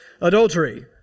adultery